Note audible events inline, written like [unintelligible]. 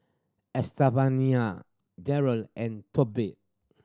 Estefania Jerel and [unintelligible]